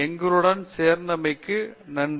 எங்களுடன் சேர்த்ததற்கு நன்றி